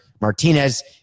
Martinez